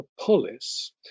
polis